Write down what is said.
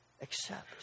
accept